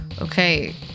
Okay